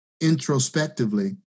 introspectively